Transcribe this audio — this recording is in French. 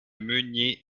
meunier